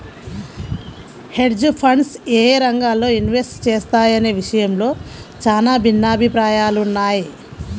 hedge funds యేయే రంగాల్లో invest చేస్తాయనే విషయంలో చానా భిన్నాభిప్రాయాలున్నయ్